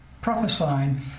prophesying